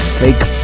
fake